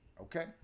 Okay